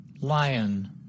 Lion